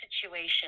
situation